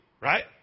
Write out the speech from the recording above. right